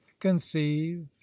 conceive